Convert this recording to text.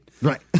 Right